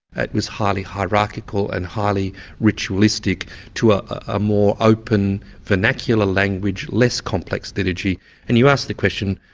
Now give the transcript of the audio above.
it was highly hierarchical and highly ritualistic to a ah more open vernacular language, less complex liturgy and you asked the question,